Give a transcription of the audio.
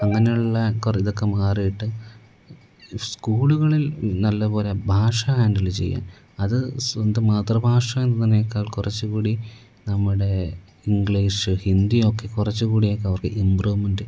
അങ്ങനെയുള്ള ഇതൊക്കെ മാറിയിട്ട് സ്കൂളുകളിൽ നല്ല പോലെ ഭാഷ ഹാൻഡിൽ ചെയ്യാൻ അതു സ്വന്തം മാതൃഭാഷ എന്നതിനേക്കാൾ കുറച്ചു കൂടി നമ്മുടെ ഇംഗ്ലീഷ് ഹിന്ദിയൊക്കെ കുറച്ച് കൂടിയൊക്കെ അവർക്ക് ഇമ്പ്രൂവ്മെൻറ്റ്